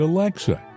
Alexa